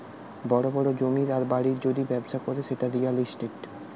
বড় বড় জমির আর বাড়ির যদি ব্যবসা করে সেটা রিয়্যাল ইস্টেট